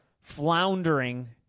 floundering